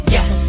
Yes